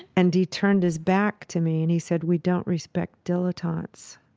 and he turned his back to me and he said we don't respect dilettantes.